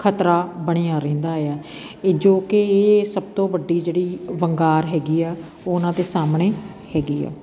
ਖਤਰਾ ਬਣਿਆ ਰਹਿੰਦਾ ਆ ਇਹ ਜੋ ਕਿ ਇਹ ਸਭ ਤੋਂ ਵੱਡੀ ਜਿਹੜੀ ਵੰਗਾਰ ਹੈਗੀ ਆ ਉਹਨਾਂ ਦੇ ਸਾਹਮਣੇ ਹੈਗੀ ਆ